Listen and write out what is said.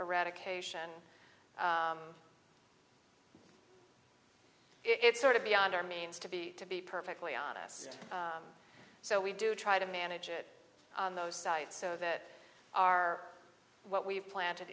eradication it's sort of beyond our means to be to be perfectly honest so we do try to manage it on those sites so that our what we've planted